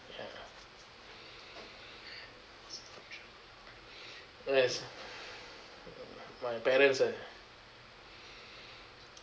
ya my parents ah